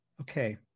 Okay